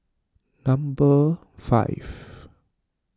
number five